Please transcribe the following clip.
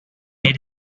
made